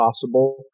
possible